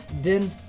Din